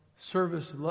service